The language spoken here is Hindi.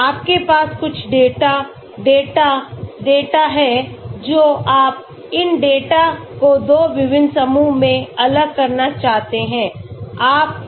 आपके पास कुछ डेटा डेटा डेटा है जो आप इन डेटा को 2 विभिन्न समूहों में अलग करना चाहते हैं